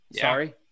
sorry